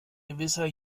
gewisser